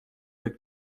que